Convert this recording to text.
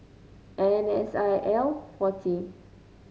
N S I L forty